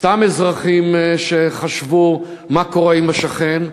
סתם אזרחים שחשבו מה קורה עם השכן.